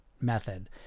method